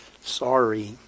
sorry